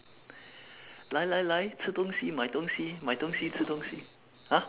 来来来吃东西买东西买东西吃东西 !huh!